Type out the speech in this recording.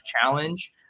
challenge